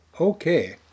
Okay